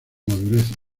madurez